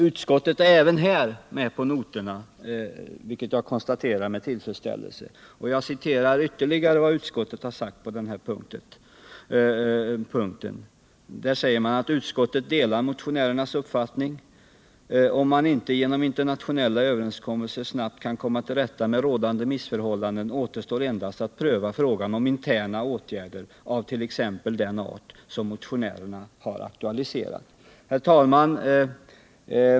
Utskottet är även här med på noterna, vilket jag konstaterar med tillfredsställelse, och jag citerar ytterligare vad utskottet har sagt på den här punkten: ”Utskottet delar motionärernas uppfattning. Om man inte genom internationella överenskommelser snabbt kan komma till rätta med rådande missförhållanden återstår endast att pröva frågan om interna åtgärder av t.ex. den art motionärerna aktualiserat.” Herr talman!